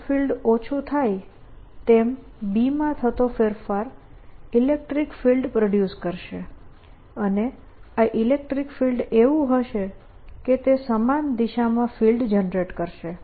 જેમ ફિલ્ડ ઓછું થાય તેમ B માં થતો ફેરફાર ઇલેક્ટ્રીક ફિલ્ડ પ્રોડ્યુસ કરશે અને આ ઇલેક્ટ્રીક ફિલ્ડ એવું હશે કે તે સમાન દિશામાં ફિલ્ડ જનરેટ કરશે